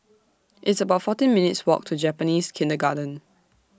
It's about fourteen minutes' Walk to Japanese Kindergarten